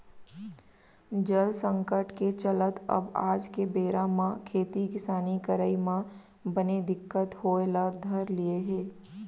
जल संकट के चलत अब आज के बेरा म खेती किसानी करई म बने दिक्कत होय ल धर लिये हे